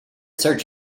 search